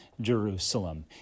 Jerusalem